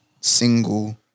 single